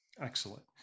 Excellent